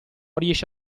riesce